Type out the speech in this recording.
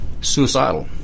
suicidal